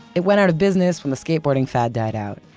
it went out of business when the skateboarding fad died out.